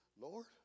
Lord